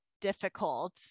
difficult